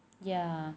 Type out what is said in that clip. ya